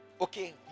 okay